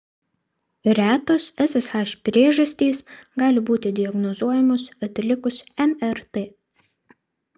retos ssh priežastys gali būti diagnozuojamos atlikus mrt